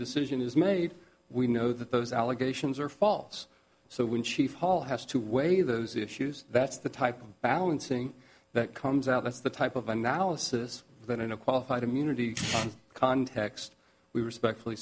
decision is made we know that those allegations are false so when chief hall has to weigh those issues that's the type of balancing that comes out that's the type of analysis that in a qualified immunity context we respectfully